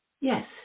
Yes